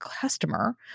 customer